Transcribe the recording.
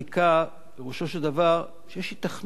פירושו של דבר שיש היתכנות מסוימת.